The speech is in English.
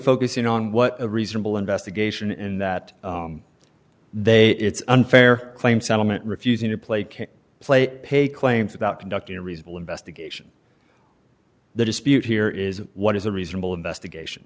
focusing on what a reasonable investigation and that they it's unfair claim settlement refusing to play can play pay claims about conducting a reasonable investigation the dispute here is what is a reasonable investigation